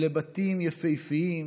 אלה בתים יפהפיים,